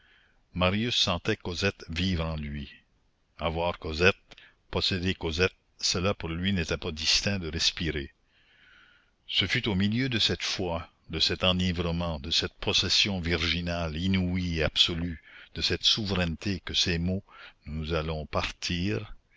marius sentait cosette vivre en lui avoir cosette posséder cosette cela pour lui n'était pas distinct de respirer ce fut au milieu de cette foi de cet enivrement de cette possession virginale inouïe et absolue de cette souveraineté que ces mots nous allons partir